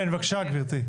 כן, בבקשה גברתי.